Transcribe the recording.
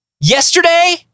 Yesterday